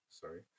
sorry